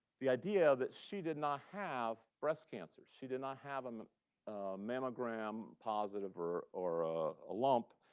the idea that she did not have breast cancer. she did not have um a mammogram positive or or a lump.